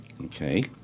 Okay